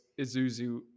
Isuzu